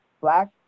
Black